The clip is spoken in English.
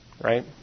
right